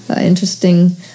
interesting